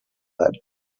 that